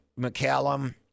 McCallum